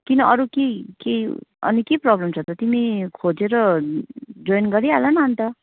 किन अरू केही केही अनि के प्रब्लम छ त तिमी खोजेर जोइन गरी हाल न त अन्त